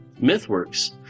MythWorks